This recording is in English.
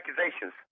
accusations